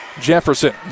Jefferson